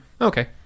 Okay